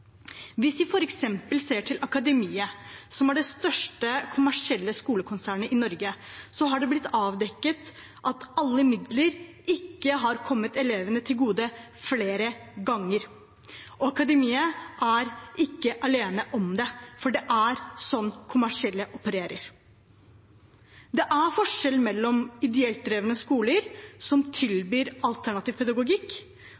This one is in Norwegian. Hvis vi f.eks. ser på Akademiet, som er det største kommersielle skolekonsernet i Norge, har det flere ganger blitt avdekket at alle midler ikke har kommet elevene til gode. Og Akademiet er ikke alene om det, for det er slik kommersielle opererer. Det er forskjell mellom ideelt drevne skoler som